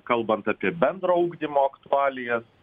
kalbant apie bendro ugdymo aktualijas